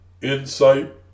insight